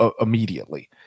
immediately